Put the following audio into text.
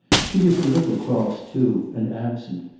she was a little cross, too, and absent,